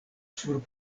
sur